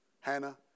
Hannah